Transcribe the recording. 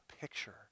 picture